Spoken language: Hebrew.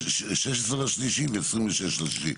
16.3 ו-26.3.